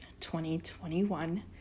2021